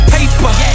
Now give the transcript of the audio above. Paper